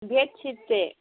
ꯕꯦꯠꯁꯤꯠꯁꯦ